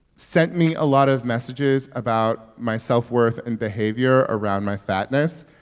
sent me a lot of messages about my self-worth and behavior around my fatness.